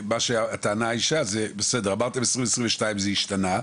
מה שטענה האישה זה, בסדר אמרתם 2022 זה השתנה,